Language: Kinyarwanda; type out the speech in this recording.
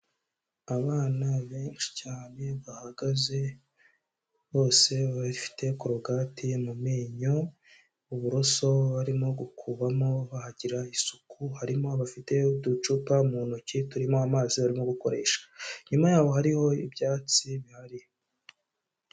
Abana benshi cyane bahagaze bose bafite korogati mu menyo, uburoso barimo gukubamo bahagira isuku, harimo abafite uducupa mu ntoki turimo amazi barimo gukoresha, inyuma yaho hariho ibyatsi bihari.